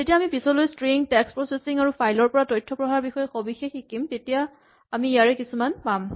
যেতিয়া আমি পিছলৈ ষ্ট্ৰিং টেক্স্ট প্ৰছেচিং আৰু ফাইল ৰ পৰা তথ্য পঢ়াৰ বিষয়ে সবিশেষ শিকিম তেতিয়া আমি ইয়াৰে কিছুমান পাম